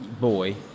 boy